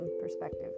perspective